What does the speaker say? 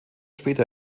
später